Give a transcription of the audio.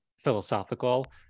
philosophical